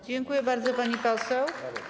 Dziękuję bardzo, pani poseł.